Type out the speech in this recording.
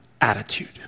attitude